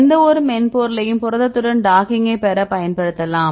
எந்தவொரு மென்பொருளையும் புரதத்துடன் டாக்கிங்கை பெற பயன்படுத்தலாம்